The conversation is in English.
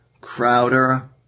Crowder